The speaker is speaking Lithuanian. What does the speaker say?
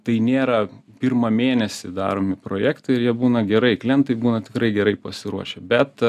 tai nėra pirmą mėnesį daromi projektai ir jie būna gerai klientai būna tikrai gerai pasiruošę bet